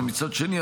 ומצד שני,